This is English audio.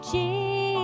Jesus